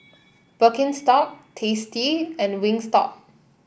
Birkenstock Tasty and Wingstop